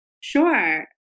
Sure